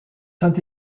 saint